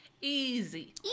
Easy